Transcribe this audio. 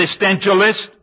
existentialist